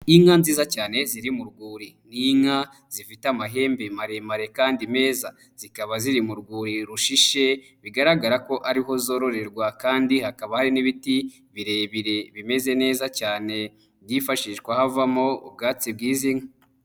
Inka nziza cyane ziri mu rwuri. Ni inka zifite amahembe maremare kandi meza, zikaba ziri mu rwuri rushishe bigaragara ko ari ho zororerwa kandi hakaba hari n'ibiti birebire bimeze neza cyane byifashishwa havamo ubwatsi bw'izi nka.